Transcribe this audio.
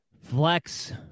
Flex